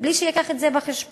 בלי שיביא את זה בחשבון.